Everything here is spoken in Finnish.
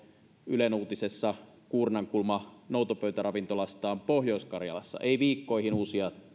ylen uutisessa kuurnankulma noutopöytäravintolastaan pohjois karjalassa ei viikkoihin uusia